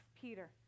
peter